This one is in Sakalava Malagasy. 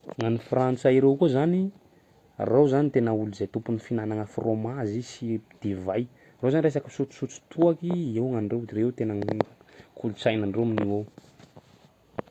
Nany frantsay ireo ko zany reo zany tena olo zay topiny finanagna fromazy sy divay reo zany resaky kisotrosotro toaky reo tena kolotsaina ndreo reo